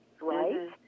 right